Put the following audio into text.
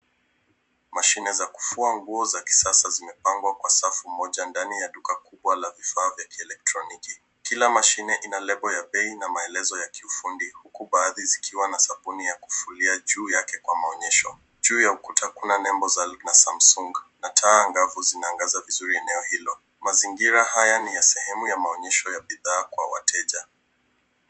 Mashine za kufua nguo za kisasa zimepangwa kwa safu moja ndani ya duka kubwa la vifaa kwa kielektroniki. Kila mashine ina lebo ya bei na maelezo ya kiufundi huku baadhi zikiwa na sabuni ya kufulia juu yake kwa maoneysho. Juu ya ukuta kuna nembo za msongo na taa angavu zinaangaza vizuri eneo hilo. Mazingira haya ni ya sehemu ya maonyesho ya bidhaa kwa wateja.